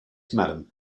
madam